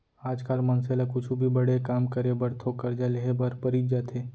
आज काल मनसे ल कुछु भी बड़े काम करे बर थोक करजा लेहे बर परीच जाथे